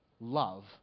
Love